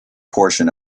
portion